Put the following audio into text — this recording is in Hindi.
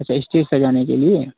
अच्छा इस्टेज सजाने के लिए